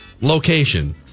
Location